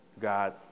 God